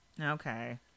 okay